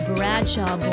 Bradshaw